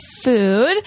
food